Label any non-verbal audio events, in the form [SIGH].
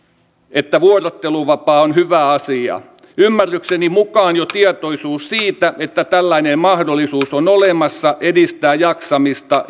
että vuorotteluvapaa on hyvä asia ymmärrykseni mukaan jo tietoisuus siitä että tällainen mahdollisuus on olemassa edistää jaksamista [UNINTELLIGIBLE]